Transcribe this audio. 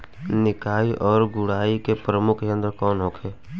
निकाई और गुड़ाई के प्रमुख यंत्र कौन होखे?